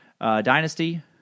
dynasty